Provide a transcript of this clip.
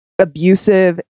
abusive